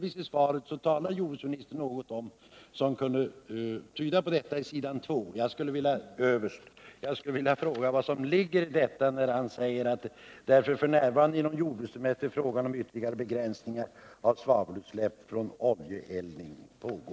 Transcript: I jordbruksministerns svar finns Nr 49 ett avsnitt som tyder på att sådana kan väntas. Jag skulle därutöver vilja fråga